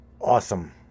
awesome